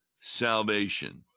salvation